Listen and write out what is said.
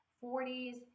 forties